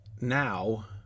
now